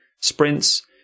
sprints